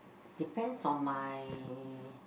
depends on my